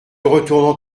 retournant